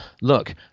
look